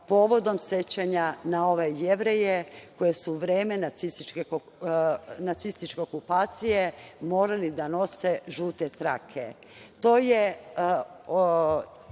povodom sećanja na Jevreje koje su u vreme nacističke okupacije morali da nose žute trake. To